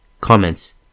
Comments